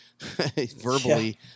verbally